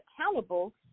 accountable